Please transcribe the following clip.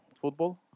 football